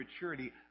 maturity